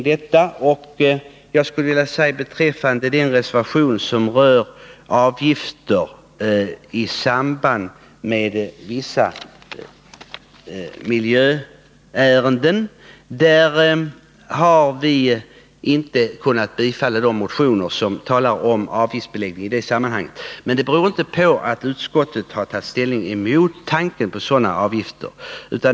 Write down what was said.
De motioner som handlar om avgiftsbeläggning i samband med vissa miljöärenden har vi inte kunnat tillstyrka. Detta beror inte på att utskottsmajoriteten har tagit ställning emot tanken på sådana avgifter.